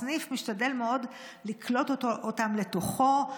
הסניף משתדל מאוד לקלוט אותם לתוכו,